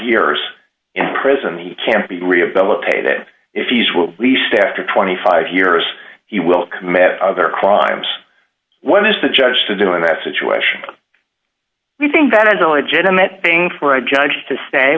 years in prison he can't be rehabilitated if he's with least after twenty five years he will commit other crimes what is the judge to do in that situation do you think that is a legitimate thing for a judge to say